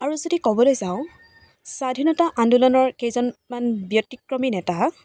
আৰু যদি ক'বলৈ যাওঁ স্বাধীনতা আন্দোলনৰ কেইজনমান ব্যতিক্ৰমী নেতা